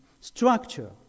structure